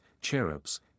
cherubs